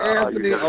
Anthony